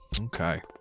Okay